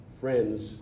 friends